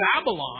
Babylon